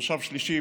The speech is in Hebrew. מושב שלישי,